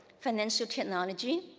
financial technology,